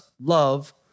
love